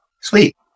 Sweet